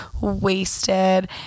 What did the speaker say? wasted